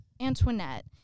Antoinette